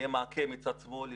יהיה מעקה מצד שמאל,